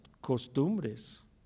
costumbres